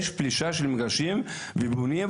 יש פלישה למגרשים ובונים,